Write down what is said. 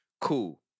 Cool